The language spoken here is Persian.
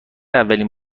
اولین